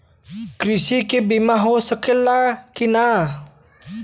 कृषि के बिमा हो सकला की ना?